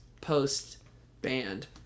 post-band